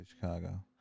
Chicago